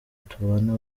tubana